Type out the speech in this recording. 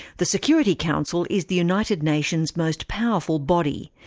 the security council is the united nations' most powerful body.